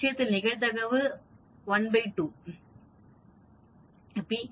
இந்த விஷயத்தில் நிகழ்தகவு ½p